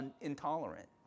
intolerant